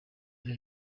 bya